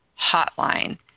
hotline